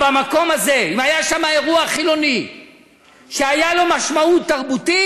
המקום שבו מיעוט יהודי מגלה כוח עמידה ונחישות,